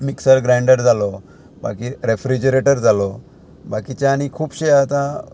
mixer grinder जालो बाकी refrigerator जालो बाकीचे आनी खुबशे आतां